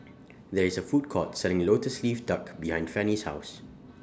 There IS A Food Court Selling Lotus Leaf Duck behind Fannye's House